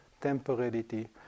temporality